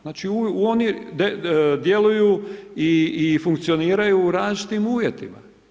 Znači oni djeluju i funkcioniraju u različitim uvjetima.